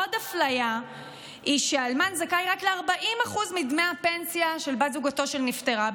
עוד אפליה היא שאלמן זכאי רק ל-40% מדמי הפנסיה של בת זוגתו שנפטרה,